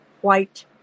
white